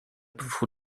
bevor